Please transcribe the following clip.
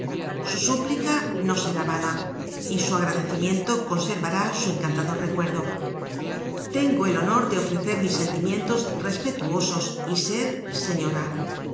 su súplica no sera vana y su agradecimiento con servara su encantador recuerdo tengo el honor de ofrecer mis sentimientos respetuosos y ser señora